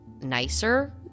nicer